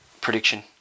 prediction